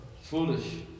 Foolish